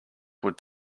would